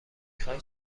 خوای